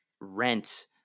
rent